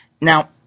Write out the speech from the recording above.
Now